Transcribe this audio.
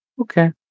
Okay